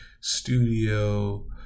studio